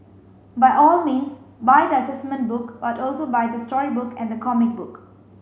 by all means buy the assessment book but also buy the storybook and the comic book